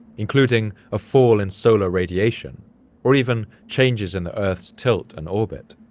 including a fall in solar radiation or even changes in the earth's tilt and orbit.